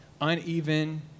uneven